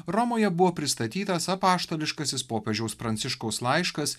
romoje buvo pristatytas apaštališkasis popiežiaus pranciškaus laiškas